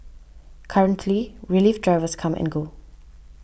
currently relief drivers come and go